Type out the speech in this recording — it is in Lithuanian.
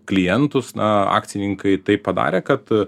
klientus na akcininkai taip padarė kad